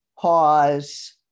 pause